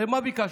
הרי מה ביקשנו?